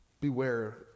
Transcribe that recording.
Beware